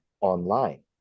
online